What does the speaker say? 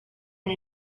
and